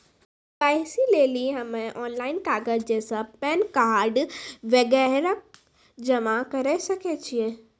KYC लेली हम्मय online कागज जैसे पैन कार्ड वगैरह जमा करें सके छियै?